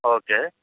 okay